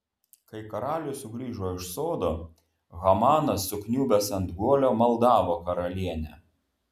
kai karalius sugrįžo iš sodo hamanas sukniubęs ant guolio maldavo karalienę